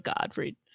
Godfrey